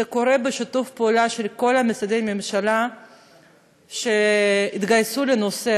זה קורה בשיתוף פעולה של כל משרדי הממשלה שהתגייסו לנושא.